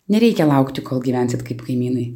nereikia laukti kol gyvensit kaip kaimynai